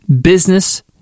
business